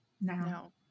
No